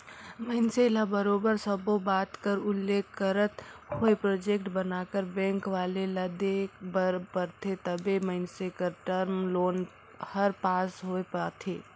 मइनसे ल बरोबर सब्बो बात कर उल्लेख करत होय प्रोजेक्ट बनाकर बेंक वाले ल देय बर परथे तबे मइनसे कर टर्म लोन हर पास होए पाथे